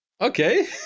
Okay